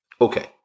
Okay